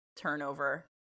turnover